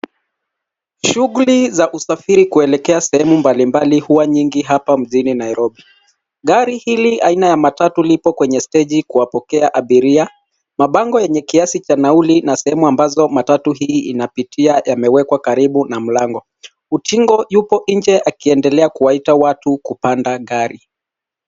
Shughuli za usafiri kuelekea sehemu mbalimbali huwa nyingi hapa mjini Nairobi. Gari hili aina ya matatu lipo kwenye steji kuwapokea abiria. Mabango yenye kiasi cha nauli na sehemu ambazo matatu hii inapitia yamewekwa karibu na mlango. Utingo yupo nje akiendelea kuwaita watu kupanda gari.